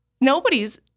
nobody's